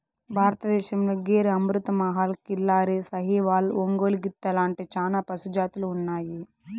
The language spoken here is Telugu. భారతదేశంలో గిర్, అమృత్ మహల్, కిల్లారి, సాహివాల్, ఒంగోలు గిత్త లాంటి చానా పశు జాతులు ఉన్నాయి